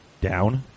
down